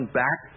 back